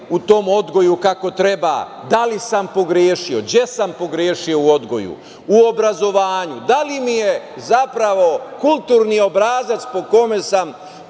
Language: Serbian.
u tom odgoju kako treba - da li sam pogrešio, gde sam pogrešio u odgoju, u obrazovanju, da li mi je, zapravo, kulturni obrazac po kome sam